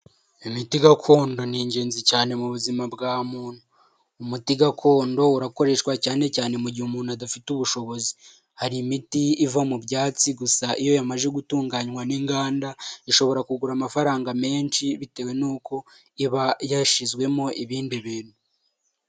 Imiti gakondo ni ingenzi cyane mu buzima bwa muntu, umuti gakondo urakoreshwa cyane cyane mu gihe umuntu adafite ubushobozi, hari imiti iva mu byatsi gusa iyo imaze gutunganywa n'inganda ishobora kugura amafaranga menshi bitewe n'uko iba yashyizwemo ibindi bintu.